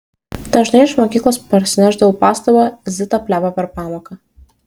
dažnai iš mokyklos parsinešdavau pastabą zita plepa per pamoką